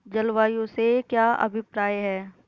जलवायु से क्या अभिप्राय है?